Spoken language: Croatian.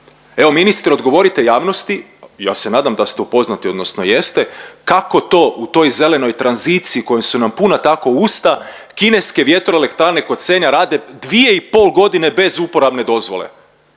Evo ministre odgovorite javnosti, ja se nadam da ste upoznati odnosno jeste, kako to u toj zelenoj tranziciji koje su nam puna tako usta kineske vjetroelektrane kod Senja rade 2,5.g. bez uporabne dozvole?